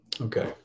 Okay